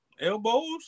elbows